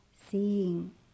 seeing